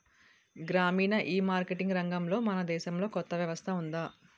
గ్రామీణ ఈమార్కెటింగ్ రంగంలో మన దేశంలో కొత్త వ్యవస్థ ఉందా?